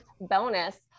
bonus